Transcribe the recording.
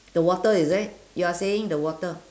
the water is it you're saying the water